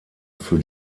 für